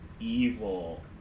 evil